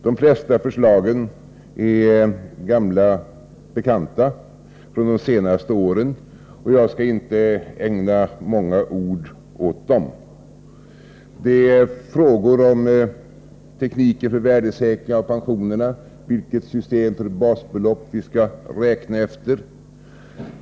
De flesta förslagen är gamla bekanta från de senaste åren, och jag skall inte ägna många ord åt dem. Det är frågor om tekniken för värdesäkring av pensionerna, vilket system för basbelopp som vi skall räkna efter.